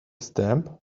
stamp